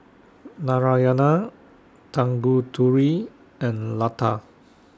Narayana Tanguturi and Lata